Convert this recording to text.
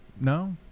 no